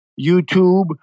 YouTube